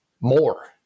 more